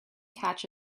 catch